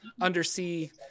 undersea